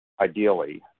ideally